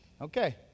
okay